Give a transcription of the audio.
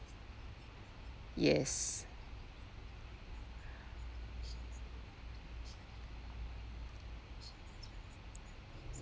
yes